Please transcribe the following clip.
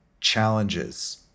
challenges